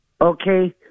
okay